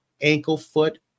ankle-foot